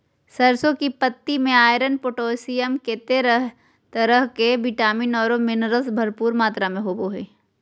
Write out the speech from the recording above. सरसों की पत्ति में आयरन, पोटेशियम, केते तरह के विटामिन औरो मिनरल्स भरपूर मात्रा में होबो हइ